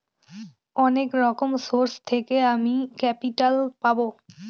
অনেক রকম সোর্স থেকে আমি ক্যাপিটাল পাবো